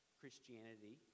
christianity